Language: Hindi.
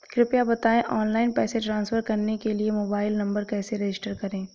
कृपया बताएं ऑनलाइन पैसे ट्रांसफर करने के लिए मोबाइल नंबर कैसे रजिस्टर करें?